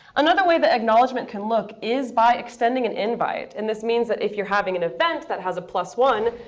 another way that acknowledgment can look is by extending an invite. and this means that if you're having an event that has a plus one,